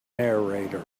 narrator